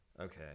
Okay